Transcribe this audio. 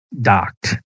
docked